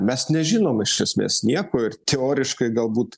mes nežinom iš esmės nieko ir teoriškai galbūt